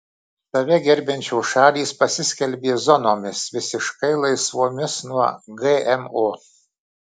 save gerbiančios šalys pasiskelbė zonomis visiškai laisvomis nuo gmo